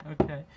Okay